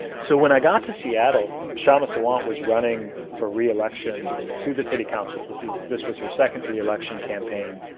so when i got to seattle, kshama sawant was running for reelection to the city council. this is, this was her second reelection campaign.